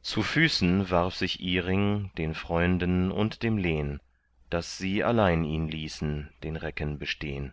zu füßen warf sich iring den freunden und dem lehn daß sie allein ihn ließen den recken bestehn